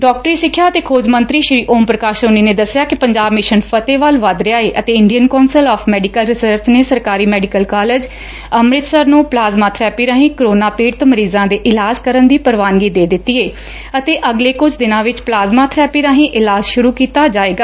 ਡਾਕਟਰੀ ਸਿੱਖਿਆ ਅਤੇ ਖੋਜ ਮੰਤਰੀ ਓਮ ਪੁਕਾਸ਼ ਸੋਨੀ ਨੇ ਦੱਸਿਆ ਕਿ ਪੰਜਾਬ ਮਿਸ਼ਨ ਫਤਿਹ ਵੱਲ ਵਧ ਰਿਹਾ ਏ ਅਤੇ Indian council of medical research ਨੇ ਸਰਕਾਰੀ ਮੈਡੀਕਲ ਕਾਲਜ ਅੰਮਿਤਸਰ ਨੰ ਪਲਾਜਮਾ ਬੈਰੇਪੀ ਰਾਹੀ ਕੋਰੋਨਾ ਪੀੜਤ ਮਰੀਜਾਂ ਦੇ ਇਲਾਜ ਕਰਨ ਦੀ ਪੂਵਾਨਗੀ ਦੇ ਦਿੱਤੀ ਏ ਅਤੇ ਅਗਲੇ ਕੁਝ ਦਿਨਾਂ ਵਿਚ ਪਲਾਜਮਾ ਬੈਰੇਪੀ ਰਾਹੀ ਇਲਾਜ ਸ਼ੁਰੁ ਕੀਤਾ ਜਾਵੇਗਾ